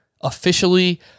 officially